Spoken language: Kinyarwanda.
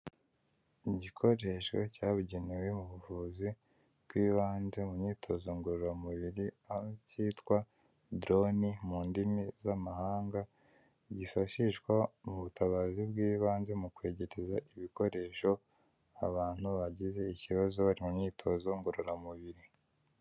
Igikoresho cyabugenewe mu buvuzi bw'ibanze mu myitozo ngororamubiri aho cyitwa dorone mu ndimi z'amahanga kifashishwa mu butabazi bw'ibanze mu kwegereza ibikoresho abantu bagize ikibazo bari mu myitozo ngororamubiri.